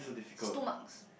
two marks